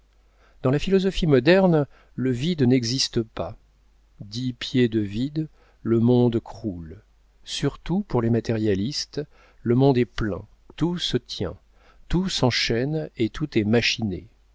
dans la philosophie moderne le vide n'existe pas dix pieds de vide le monde croule surtout pour les matérialistes le monde est plein tout se tient tout s'enchaîne et tout est machiné